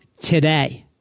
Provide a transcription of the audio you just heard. today